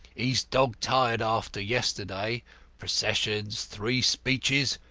he's dog-tired after yesterday processions, three speeches,